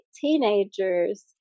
teenagers